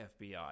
FBI